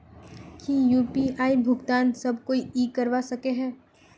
की यु.पी.आई भुगतान सब कोई ई करवा सकछै?